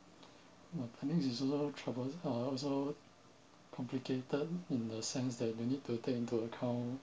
uh I think it's also troubled uh also complicated in the sense that you need to take into account